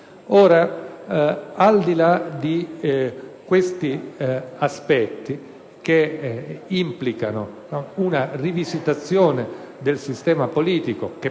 al di là di questi aspetti (che implicano una rivisitazione del sistema politico che